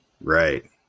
Right